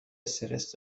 استرس